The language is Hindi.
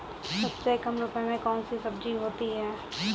सबसे कम रुपये में कौन सी सब्जी होती है?